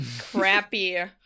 crappy